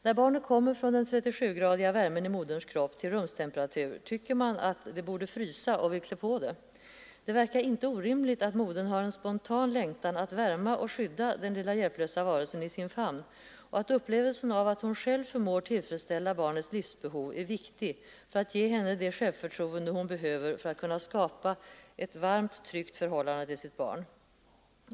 När barnet kommer från den 37-gradiga värmen i moderns kropp till rumstemperatur tycker man att barnet borde frysa och vill klä på det. Det verkar inte orimligt att modern har en spontan längtan att värma och skydda den lilla hjälplösa varelsen i sin famn och att upplevelsen av att hon själv förmår tillfredsställa barnets livsbehov är viktig för att ge henne det självförtroende hon behöver för att kunna skapa ett varmt, tryggt förhållande till sitt barn.